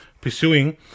pursuing